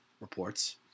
reports